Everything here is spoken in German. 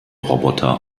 roboter